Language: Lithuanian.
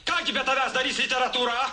ką gi be tavęs darys literatūra